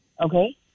Okay